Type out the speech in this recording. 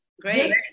Great